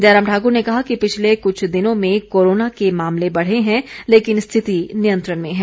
जयराम ठाकुर ने कहा कि पिछले कुछ दिनों में कोरोना के मामले बढ़े हैं लेकिन स्थिति नियंत्रण में है